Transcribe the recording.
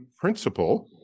principle